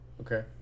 Okay